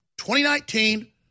2019